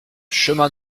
chemin